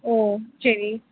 ஓ சரி